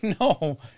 No